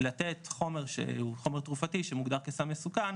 לתת חומר שהוא חומר תרופתי שמוגדר כסם מסוכן